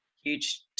huge